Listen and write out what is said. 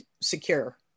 secure